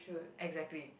exactly